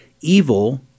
Evil